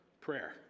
Prayer